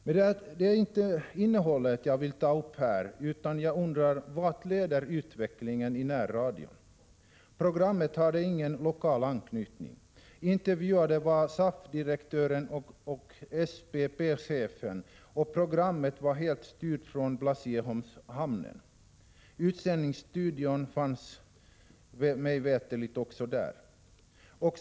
Men det är inte programinnehållet jag vill ta upp här, utan jag undrar: Vart leder utvecklingen i närradion? Programmet hade ingen lokal anknytning. Intervjuade var SAF-direktören och SPP-chefen, och programmet var helt styrt från Blasieholmshamnen. Utsändningsstudion fanns mig veterligt också där.